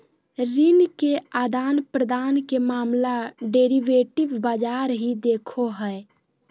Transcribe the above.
ऋण के आदान प्रदान के मामला डेरिवेटिव बाजार ही देखो हय